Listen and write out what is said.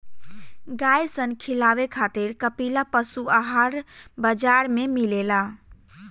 गाय सन खिलावे खातिर कपिला पशुआहार बाजार में मिलेला